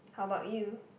how about you